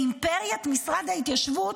לאימפריית משרד ההתיישבות.